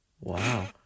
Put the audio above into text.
Wow